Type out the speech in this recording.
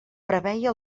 preveia